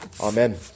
Amen